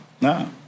No